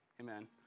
Amen